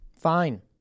Fine